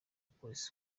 polisi